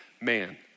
man